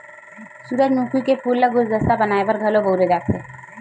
सूरजमुखी के फूल ल गुलदस्ता बनाय बर घलो बउरे जाथे